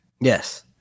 Yes